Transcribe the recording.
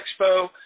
Expo